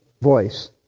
voice